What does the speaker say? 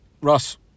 ross